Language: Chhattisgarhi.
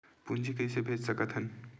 पूंजी कइसे भेज सकत हन?